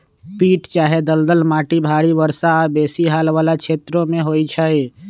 पीट चाहे दलदल माटि भारी वर्षा आऽ बेशी हाल वला क्षेत्रों में होइ छै